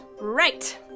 Right